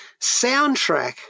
soundtrack